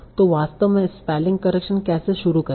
तो मैं वास्तव में स्पेल्लिंग करेक्शन कैसे शुरू करूं